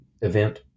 event